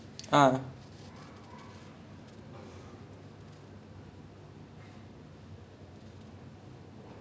then ya eh friend uh என்ன பண்ண:enna panna that day we were having our because I graduating from J two already so we were having our graduation party lah